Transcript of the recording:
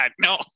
no